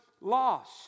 lost